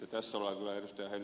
tässä ollaan kyllä ed